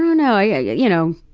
you know, yeah yeah you know.